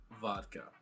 vodka